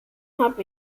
hab